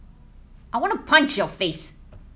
I want to punch your face